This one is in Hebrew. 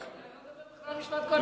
אני לא מדבר בכלל על משמעת קואליציונית.